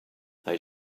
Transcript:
they